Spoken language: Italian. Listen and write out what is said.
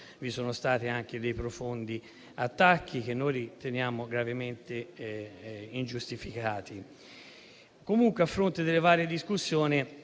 vi sono stati anche profondi attacchi che noi riteniamo gravemente ingiustificati. Comunque, a fronte delle varie discussioni,